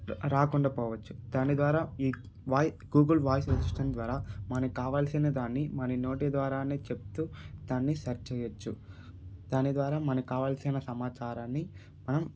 రాకుండా పోవచ్చు దాని ద్వారా ఈ వాయి గూగుల్ వాయిస్ అసిస్టెంట్ ద్వారా మనకి కావలసిన దాన్ని మన నోటి ద్వారా చెప్తు దాన్ని సెర్చ్ చేయచ్చు దాని ద్వారా మనకి కావలసిన సమాచారాన్ని మనం